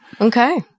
Okay